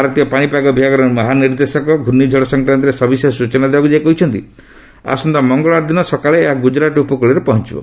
ଭାରତୀୟ ପାଣିପାଗ ବିଭାଗ ମହାନିର୍ଦ୍ଦେଶକ ଘୁର୍ଣ୍ଣିଝଡ଼ ସଂକ୍ରାନ୍ତରେ ସବିଶେଷ ସୂଚନା ଦେବାକୁ ଯାଇ କହିଛନ୍ତି ଆସନ୍ତା ମଙ୍ଗଳବାର ଦିନ ସକାଳେ ଏହା ଗୁଜୁରାଟ୍ ଉପକୂଳରେ ପହଞ୍ଚବ